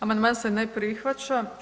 Amandman se ne prihvaća.